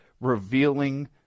revealing